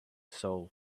soul